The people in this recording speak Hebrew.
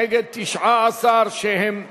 נגד 19 שהם בעד.